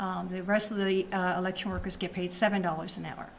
the rest of the election workers get paid seven dollars an hour